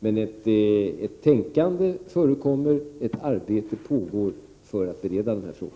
Men ett tänkande förekommer och ett arbete pågår för att bereda denna fråga.